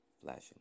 Flashing